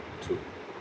true